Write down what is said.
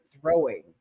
throwing